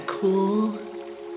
cool